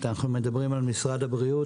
אנחנו מדברים על משרד הבריאות.